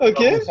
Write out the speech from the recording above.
Okay